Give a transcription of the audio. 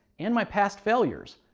and my past failures,